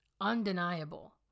Undeniable